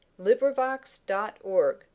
LibriVox.org